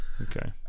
Okay